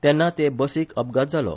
तेन्ना ते बसीक अपघात जालो